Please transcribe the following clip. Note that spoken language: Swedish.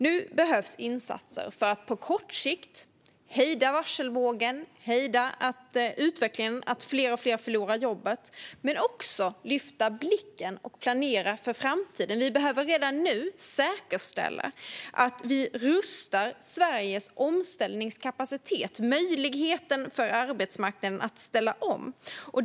Nu behövs insatser för att på kort sikt hejda varselvågen och hejda utvecklingen att fler och fler förlorar jobbet. Men vi behöver också lyfta blicken och planera för framtiden. Vi behöver redan nu säkerställa att vi rustar Sveriges omställningskapacitet, möjligheten för arbetsmarknaden att ställa om.